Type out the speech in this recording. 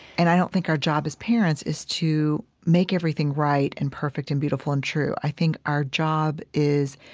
and i don't think our job as parents is to make everything right and perfect and beautiful and true. i think our job is,